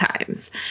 times